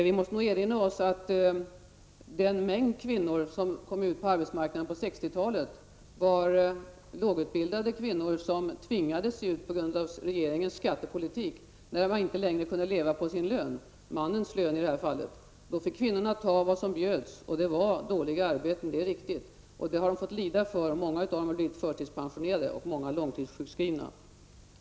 Vi måste erinra oss att den mängd kvinnor som kom ut på arbetsmarknaden på 60-talet var lågutbildade kvinnor som tvingades ut på grund av regeringens skattepolitik när det inte längre gick att leva på, i det här fallet, mannens lön. Kvinnorna fick ta det som bjöds, och det är riktigt att det var dåliga arbeten. Kvinnorna har fått lida för det, och många av dem har blivit förtidspensionerade eller långtidssjukskrivna.